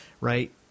right